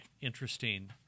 interesting